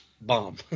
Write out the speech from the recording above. bomb